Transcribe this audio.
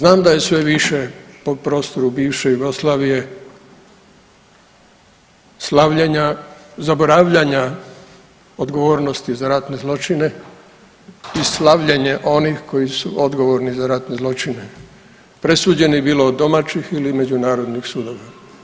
Znam da je sve više po prostoru bivše Jugoslavije slavljenja, zaboravljanja odgovornosti za ratne zločine i slavljenje onih koji su odgovorni za ratne zločine presuđene bilo od domaćih ili međunarodnih sudova.